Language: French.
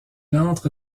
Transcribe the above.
entre